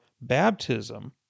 baptism